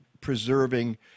preserving